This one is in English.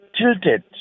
tilted